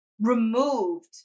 removed